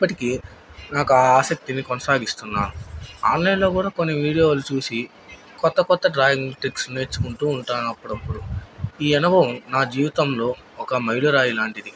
ఇప్పటికీ నాకు ఆ ఆసక్తిని కొనసాగిస్తున్నాను ఆన్లైన్లో కూడా కొన్ని వీడియోలు చూసి క్రొత్త క్రొత్త డ్రాయింగ్ ట్రిక్స్ నేర్చుకుంటూ ఉంటాను అప్పుడప్పుడు ఈ అనుభవం నా జీవితంలో ఒక మైలురాయి లాంటిది